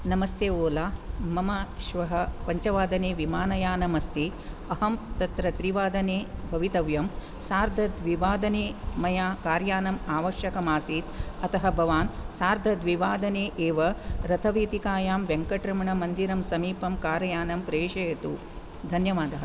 नमस्ते ओला मम श्वः पञ्चवादने विमानयानमस्ति अहं तत्र त्रिवादने भवितव्यं सार्धद्विवादने मया कार् यानम् आवश्यकमासीत् अतः भवान् सार्धद्विवादने एव रथवीथिकायां वेङ्कटरमणमन्दिरं समीपं कार् यानं प्रेषयतु धन्यवादः